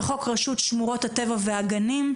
וחוק רשות שמורות הטבע והגנים,